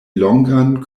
longan